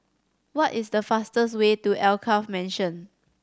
what is the fastest way to Alkaff Mansion